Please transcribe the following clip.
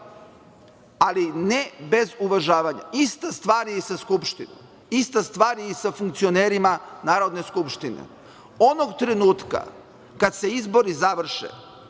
ali ne bez uvažavanja. Ista stvar je i sa Skupštinom, ista stvar je i sa funkcionerima Narodne skupštine. Onog trenutka kad se izbori završe,